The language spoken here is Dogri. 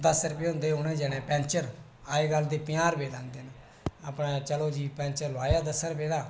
दस रुपये होंदे है उंहे दिने पैंचर अजकल पंजा रुपया चलो जी पैंचर अदूं दस रुपये दी